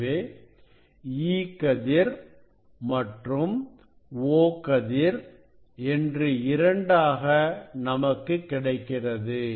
எனவே E கதிர் மற்றும் O கதிர் என்று இரண்டாக நமக்கு கிடைக்கிறது